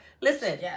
Listen